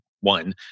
one